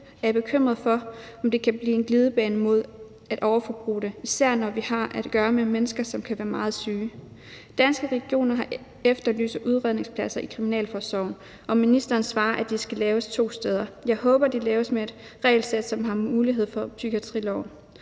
er jeg bekymret for, om det kan blive en glidebane mod at overbruge det, især når vi har at gøre med mennesker, som kan være meget syge. Danske Regioner efterlyser udredningspladser i kriminalforsorgen, og ministeren svarer, at de skal laves to steder. Jeg håber, at de laves med et regelsæt, som man har mulighed for i psykiatriloven,